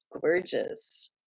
gorgeous